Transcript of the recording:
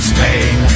Spain